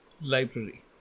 Library